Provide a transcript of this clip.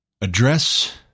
address